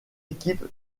équipe